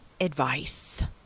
advice